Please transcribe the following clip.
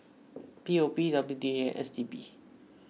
P O P W D A S T B